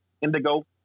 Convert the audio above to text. Indigo